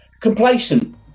Complacent